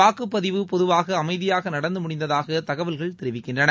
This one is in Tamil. வாக்குப்பதிவு பொதுவாக அமைதியாக நடந்து முடிந்ததாக தகவல்கள் தெரிவிக்கின்றன